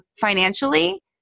financially